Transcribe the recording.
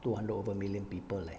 two hundred over million people leh